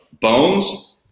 bones